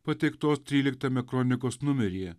pateiktos tryliktame kronikos numeryje